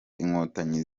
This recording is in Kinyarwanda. inkotanyi